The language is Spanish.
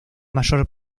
mayor